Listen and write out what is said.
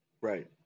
Right